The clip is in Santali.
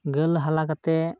ᱜᱳᱞ ᱦᱟᱞᱟ ᱠᱟᱛᱮᱫ